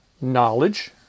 knowledge